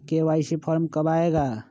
KYC form कब आए गा?